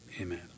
Amen